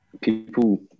people